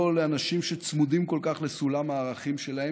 לא לאנשים שצמודים כל כך לסולם הערכים שלהם.